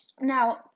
Now